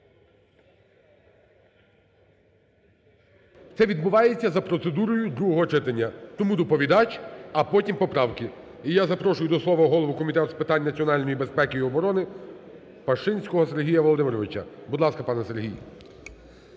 Це відбувається за процедурою другого читання, тому доповідач, а потім поправки. І я запрошую до слова голову Комітету з питань національної безпеки і оборони Пашинського Сергія Володимировича. Будь ласка, пане Сергій.